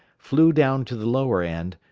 flew down to the lower end,